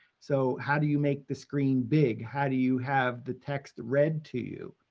so, how do you make the screen big? how do you have the text read to you?